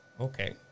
okay